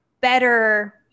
better